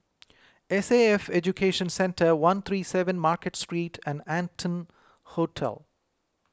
S A F Education Centre one three seven Market Street and Arton Hotel